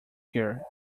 here